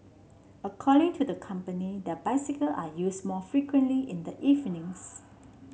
according to the company their bicycle are used more frequently in the evenings